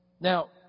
Now